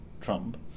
Trump